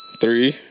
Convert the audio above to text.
three